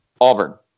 Auburn